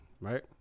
Right